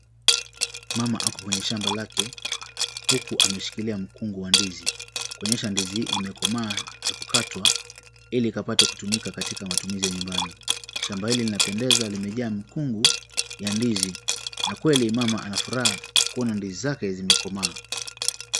Mama ako kwenye shamba lake huku ameshikilia mkungu wa ndizi kuonyesha ndizi hii imekomaa ya kukatwa ili ikapate kutumiwa katika matumizi ya nyumbani. Shamba hili linapendeza limejaa mkungu ya ndizi na kweli mama anafuraha kuona ndizi zake zimekomaa.